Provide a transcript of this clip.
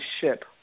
ship